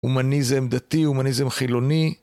הומניזם דתי, הומניזם חילוני.